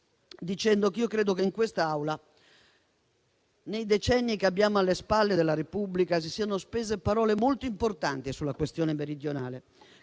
dicendo che io credo che in quest'Aula, nei decenni che abbiamo alle spalle della Repubblica, si siano spese parole molto importanti sulla questione meridionale,